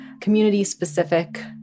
community-specific